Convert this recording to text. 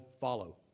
Follow